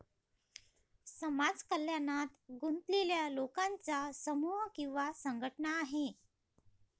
समाज कल्याणात गुंतलेल्या लोकांचा समूह किंवा संघटना आहे